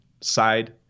side